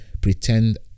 pretend